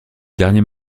dernier